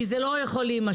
כי זה לא יכול להימשך.